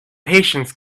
patience